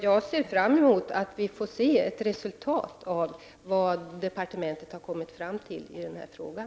Jag ser fram emot att få ta del av vad departementet kommer fram till i den här frågan.